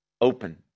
open